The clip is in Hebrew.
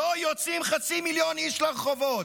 לא יוצאים חצי מיליון איש לרחובות".